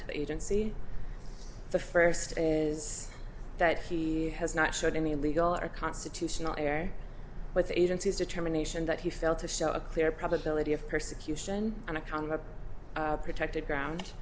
to the agency the first is that he has not shown any legal or constitutional air but the agency's determination that he failed to show a clear probability of persecution on account of protected ground